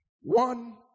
one